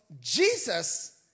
Jesus